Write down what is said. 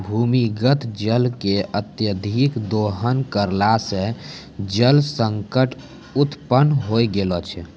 भूमीगत जल के अत्यधिक दोहन करला सें जल संकट उत्पन्न होय गेलो छै